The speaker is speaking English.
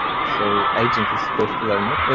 so agent is supposed to learn it.